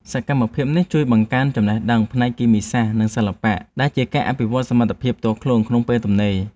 សកម្មភាពនេះជួយបង្កើនចំណេះដឹងផ្នែកគីមីសាស្ត្រ និងសិល្បៈ ដែលជាការអភិវឌ្ឍសមត្ថភាពផ្ទាល់ខ្លួនក្នុងពេលទំនេរ។